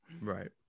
right